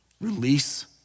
Release